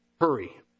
hurry